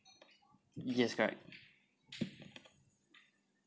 yes correct